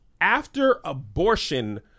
after-abortion